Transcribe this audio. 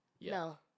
No